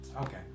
Okay